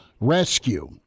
rescue